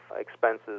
expenses